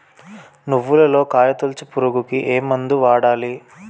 నువ్వులలో కాయ తోలుచు పురుగుకి ఏ మందు వాడాలి?